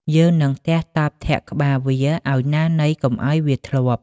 យើងនឹងទះតប់ធាក់ក្បាលវាឱ្យណាណីកុំឱ្យវាធ្លាប់។